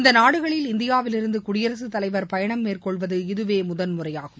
இந்த நாடுகளில் இந்தியாவிலிருந்து குடியரசுத் தலைவர் பயணம் மேற்கொள்வது இதுவே முதன்முறையாகும்